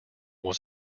was